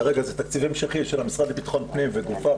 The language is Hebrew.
כרגע זה תקציב המשכי של המשרד לביטחון פנים וגופיו,